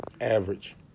Average